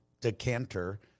decanter